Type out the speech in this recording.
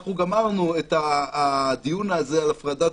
אנחנו גמרנו את הדיון הזה על הפרדת